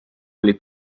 oli